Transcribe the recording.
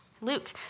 Luke